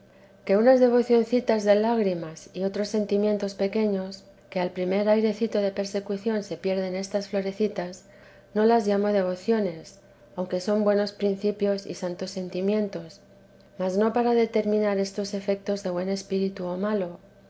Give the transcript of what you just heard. que unas devocioncitas de lágrimas y otros sentimientos pequeños que al primer airecito de persecución se pierden estas florecitas no las llamo devociones aunque son buenos principios y santos sentimientos mas no para determinar estos efetos de buen espíritu o malo